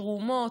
בתרומות.